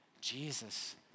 Jesus